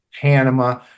Panama